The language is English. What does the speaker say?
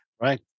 Right